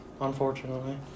unfortunately